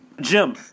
Jim